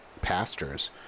pastors